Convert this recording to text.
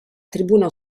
tribuna